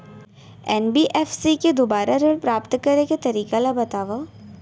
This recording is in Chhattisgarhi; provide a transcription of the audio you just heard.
एन.बी.एफ.सी के दुवारा ऋण प्राप्त करे के तरीका ल बतावव?